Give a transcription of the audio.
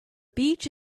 beach